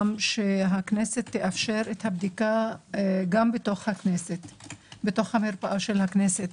שהכנסת תאפשר את הבדיקה גם בתוך מרפאת הכנסת,